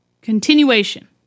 continuation